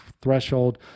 threshold